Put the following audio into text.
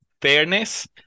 fairness